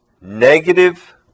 Negative